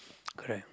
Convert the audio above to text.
correct